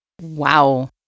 Wow